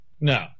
No